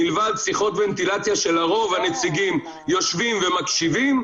מלבד שיחות ונטילציה שלרוב הנציגים יושבים ומקשיבים,